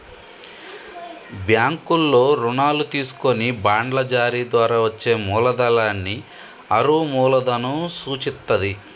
బ్యాంకుల్లో రుణాలు తీసుకొని బాండ్ల జారీ ద్వారా వచ్చే మూలధనాన్ని అరువు మూలధనం సూచిత్తది